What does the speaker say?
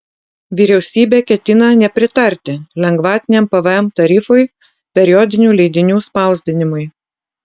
vyriausybė ketina nepritarti lengvatiniam pvm tarifui periodinių leidinių spausdinimui